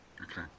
Okay